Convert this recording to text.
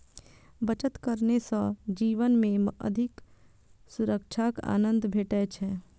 बचत करने सं जीवन मे अधिक सुरक्षाक आनंद भेटै छै